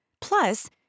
Plus